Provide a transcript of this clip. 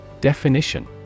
Definition